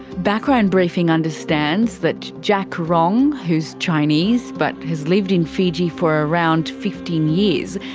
background briefing understands that jack rong, who's chinese but has lived in fiji for around fifteen years,